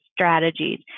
strategies